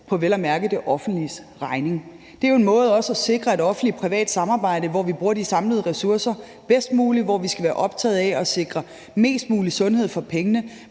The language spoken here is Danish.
vel at mærke på det offentliges regning. Det er jo en måde også at sikre et offentligt-privat samarbejde på, hvor vi bruger de samlede ressourcer bedst muligt, og hvor vi skal være optaget af at sikre mest mulig sundhed for pengene.